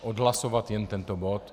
Odhlasovat jen tento bod?